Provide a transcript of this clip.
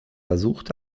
versucht